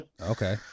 okay